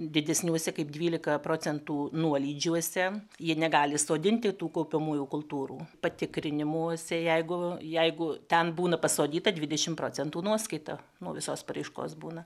didesniuose kaip dvylika procentų nuolydžiuose jie negali sodinti tų kaupiamųjų kultūrų patikrinimuose jeigu jeigu ten būna pasodyta dvidešim procentų nuoskaita nuo visos paraiškos būna